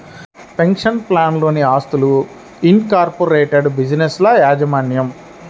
pension ప్లాన్లలోని ఆస్తులు, incorporated బిజినెస్ల యాజమాన్యం